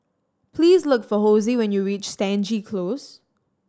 please look for Hosie when you reach Stangee Close